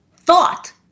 thought